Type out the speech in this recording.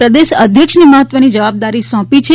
પ્રદેશ અધ્યક્ષ ની મહત્વની જવાબદારી સોંપી છે